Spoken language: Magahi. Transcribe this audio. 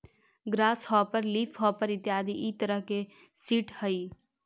ग्रास हॉपर लीफहॉपर इत्यादि इ तरह के सीट हइ